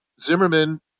Zimmerman